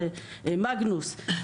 מגנוס,